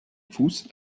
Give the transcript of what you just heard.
fuß